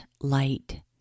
light